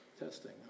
testing